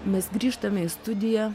mes grįžtame į studiją